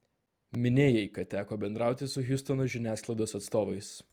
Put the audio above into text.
minėjai kad teko bendrauti su hjustono žiniasklaidos atstovais